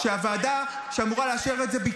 זה התפקיד שלך לעצור את זה.